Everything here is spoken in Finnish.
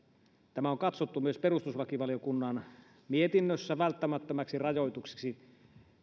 tämä on katsottu myös perustuslakivaliokunnan mietinnössä välttämättömäksi rajoitukseksi